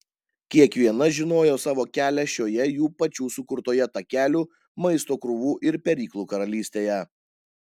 kiekviena žinojo savo kelią šioje jų pačių sukurtoje takelių maisto krūvų ir peryklų karalystėje